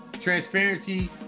Transparency